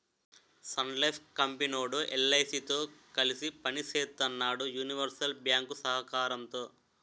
Sun Life company వోడు LIC తో కలిసి పని సేత్తన్నాడు యూనివర్సల్ బ్యేంకు సహకారంతో